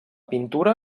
pintura